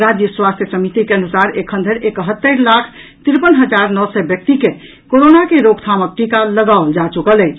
राज्य स्वास्थ्य समीति के अनुसार एखन धरि एकहत्तरि लाख तिरपन हजार नओ सय व्यक्ति के कोरोना के रोकथामक टीका लगाओल जा चुकल अछि